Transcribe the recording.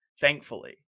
thankfully